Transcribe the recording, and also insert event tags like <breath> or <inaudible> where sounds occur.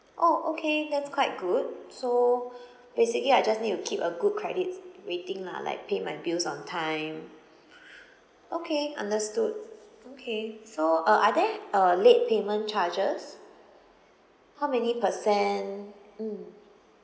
orh okay that's quite good so basically I just need to keep a good credits rating lah like pay my bills on time <breath> okay understood okay so uh are there uh late payment charges how many percent mm